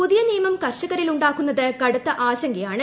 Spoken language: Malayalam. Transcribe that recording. പുതിയ നിയമം കർഷകരിൽ ഉണ്ടാക്കുന്നത് കൂട്ടുത്ത് ആശങ്കയാണ്